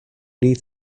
need